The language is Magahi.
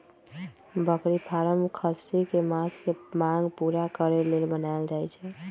बकरी फारम खस्सी कें मास के मांग पुरा करे लेल बनाएल जाय छै